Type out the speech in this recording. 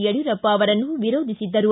ಯಡ್ಕೂರಪ್ಪ ಅವರನ್ನು ವಿರೋಧಿಸಿದ್ದರು